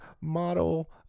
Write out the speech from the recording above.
model